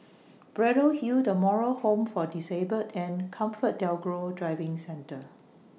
Braddell Hill The Moral Home For Disabled and ComfortDelGro Driving Centre